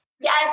yes